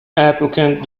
applicant